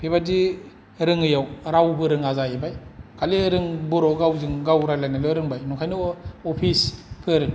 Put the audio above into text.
बेबादि रोङैआव रावबो रोंङा जायैबाय खालि बर' गावजों गावल' रायलायनो रोंबाय ओंखायनो